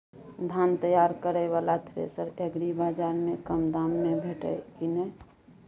धान तैयार करय वाला थ्रेसर एग्रीबाजार में कम दाम में भेटत की नय?